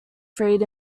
freed